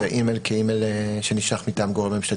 האימייל כאימייל שנשלח מטעם גורם ממשלתי.